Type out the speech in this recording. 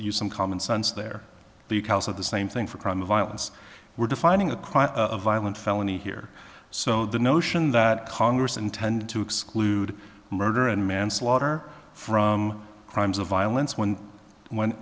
use some common sense there because of the same thing for crime of violence we're defining a quite a violent felony here so the notion that congress intended to exclude murder and manslaughter from crimes of violence when when